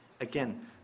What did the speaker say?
Again